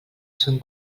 son